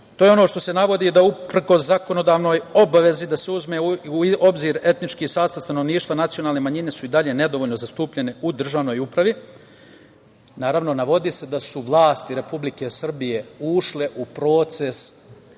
to je ono što se navodi, da uprkos zakonodavnoj obavezi da se uzme u obzir etnički sastav stanovništva, nacionalne manjine su i dalje nedovoljno zastupljene u državnoj upravi. Naravno, navodi se da su vlasti Republike Srbije ušle u proces